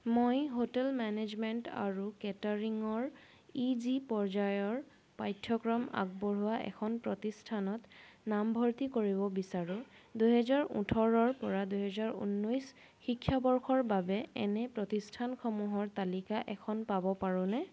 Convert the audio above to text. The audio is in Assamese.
মই হোটেল মেনেজমেণ্ট আৰু কেটাৰিঙৰ ইউ জি পৰ্যায়ৰ পাঠ্যক্ৰম আগবঢ়োৱা এখন প্ৰতিষ্ঠানত নামভৰ্তি কৰিব বিচাৰোঁ দুহেজাৰ ওঠৰৰ পৰা দুহেজাৰ ঊনৈছ শিক্ষাবৰ্ষৰ বাবে এনে প্ৰতিষ্ঠানসমূহৰ তালিকা এখন পাব পাৰোঁনে